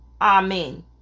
Amen